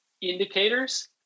indicators